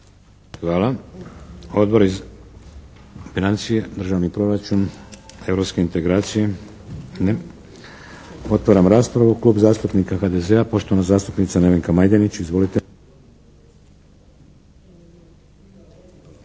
Hvala. Odbori za financije, državni proračun, europske integracije. Ne? Otvaram raspravu. Klub zastupnika HDZ-a, poštovana zastupnica Nevenka Majdenić. Izvolite.